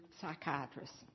psychiatrists